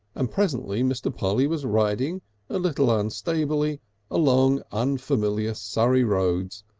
and presently mr. polly was riding a little unstably along unfamiliar surrey roads,